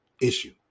issue